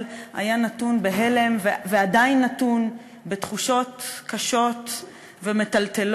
היה נתון בהלם ועדיין נתון בתחושות קשות ומיטלטלות